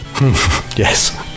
yes